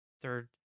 third